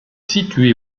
situé